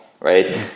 Right